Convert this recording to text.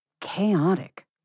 chaotic